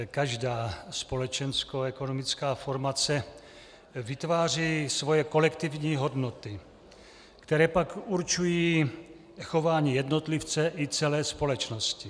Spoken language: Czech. Každá společenskoekonomická formace vytváří svoje kolektivní hodnoty, které pak určují chování jednotlivce i celé společnosti.